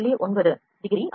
9 degree ஆகும்